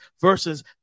versus